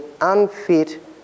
unfit